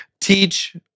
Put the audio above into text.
Teach